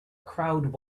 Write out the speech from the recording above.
crowd